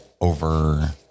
over